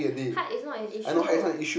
height is not an issue